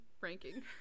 ranking